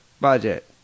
Budget